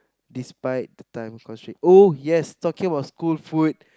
despite the time constraint oh yes talking about school food